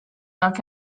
milk